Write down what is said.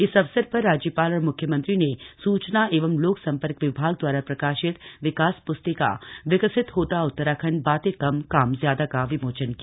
इस अवसर पर राज्यपाल और म्ख्यमंत्री ने सूचना एवं लोक संपर्क विभाग द्वारा प्रकाशित विकास पुस्तिका विकसित होता उत्तराखण्ड बातें कम काम ज्यादा का विमोचन किया